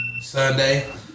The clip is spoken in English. Sunday